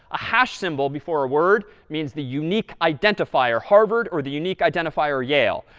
a hash symbol before a word means the unique identifier harvard or the unique identifier yale.